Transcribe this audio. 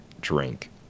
drink